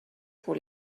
pour